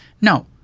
no